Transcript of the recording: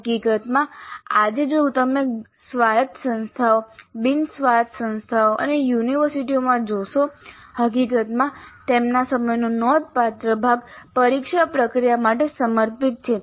હકીકતમાં આજે જો તમે ઘણી સ્વાયત્ત સંસ્થાઓ બિન સ્વાયત્ત સંસ્થાઓ અને યુનિવર્સિટીઓમાં જોશો હકીકતમાં તેમના સમયનો નોંધપાત્ર ભાગ પરીક્ષા પ્રક્રિયા માટે સમર્પિત છે